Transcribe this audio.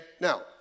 Now